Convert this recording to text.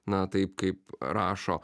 na taip kaip rašo